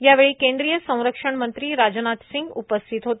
यावेळी केंद्रीय संरक्षण मंत्री राजनाथ सिंग उपस्थित होते